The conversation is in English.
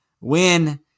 win